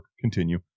Continue